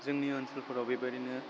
जोंनि ओनसोलफोराव बेबायदिनो